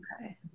Okay